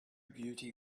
beauty